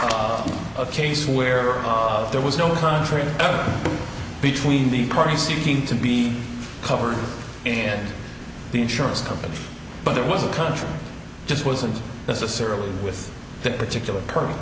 is a case where there was no contract between the parties seeking to be covered the insurance company but there was a country just wasn't necessarily with that particular per